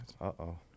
Uh-oh